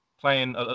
playing